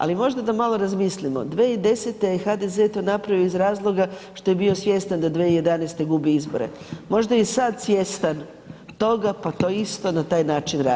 Ali možda da malo razmislimo, 2010. je HDZ to napravio iz razloga što je bio svjestan da 2011. gubi izbore, možda je i sad svjestan toga pa to isto na taj način radi.